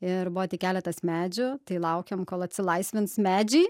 ir buvo tik keletas medžių tai laukėm kol atsilaisvins medžiai